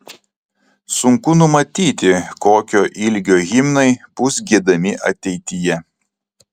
sunku numatyti kokio ilgio himnai bus giedami ateityje